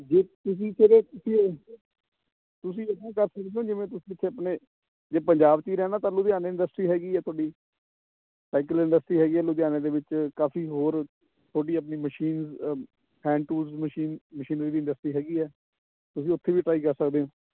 ਜੇ ਤੁਸੀਂ ਕਦੇ ਤੁਸੀਂ ਇੱਦਾਂ ਕਰ ਸਕਦੇ ਹੋ ਜਿਵੇਂ ਤੁਸੀਂ ਇੱਥੇ ਆਪਣੇ ਜੇ ਪੰਜਾਬ 'ਚ ਹੀ ਰਹਿਣਾ ਤਾਂ ਲੁਧਿਆਣੇ ਇੰਡਸਟਰੀ ਹੈਗੀ ਹੈ ਤੁਹਾਡੀ ਸਾਈਕਲ ਇੰਡਸਟਰੀ ਹੈਗੀ ਆ ਲੁਧਿਆਣੇ ਦੇ ਵਿੱਚ ਕਾਫੀ ਹੋਰ ਤੁਹਾਡੀ ਆਪਣੀ machine hand tools machine machinery ਦੀ ਇੰਡਸਟਰੀ ਹੈਗੀ ਹੈ ਤੁਸੀਂ ਉੱਥੇ ਵੀ ਟਰਾਈ ਕਰ ਸਕਦੇ ਹੋ